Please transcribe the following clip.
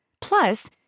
Plus